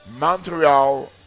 Montreal